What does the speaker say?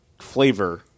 flavor